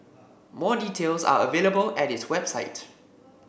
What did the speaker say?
more details are available at its website